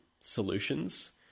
solutions